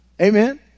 Amen